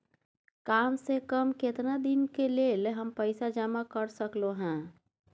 काम से कम केतना दिन के लेल हम पैसा जमा कर सकलौं हैं?